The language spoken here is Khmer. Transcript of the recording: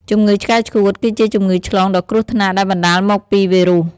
ជំងឺឆ្កែឆ្កួត គឺជាជំងឺឆ្លងដ៏គ្រោះថ្នាក់ដែលបណ្តាលមកពីវីរុស។